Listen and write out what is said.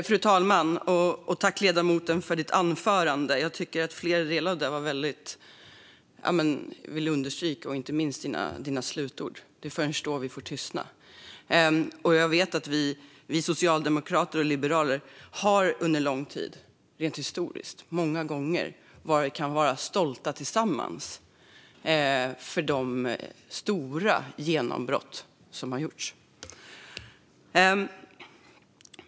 Fru talman! Jag tackar ledamoten för anförandet och framför allt slutorden "först då vi ska tystna". Jag vet att socialdemokrater och liberaler historiskt många gånger kunnat vara stolta tillsammans över de stora genombrott som gjorts.